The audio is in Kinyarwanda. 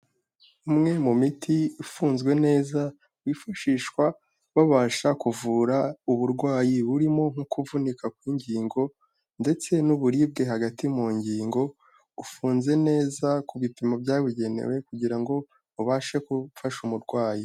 Umwe mu miti ifunzwe neza wifashishwa babasha kuvura uburwayi burimo nko kuvunika kw'ingingo ndetse n'uburibwe hagati mu ngingo, ufunze neza ku bipimo byabugenewe kugira ngo ubashe gufasha umurwayi.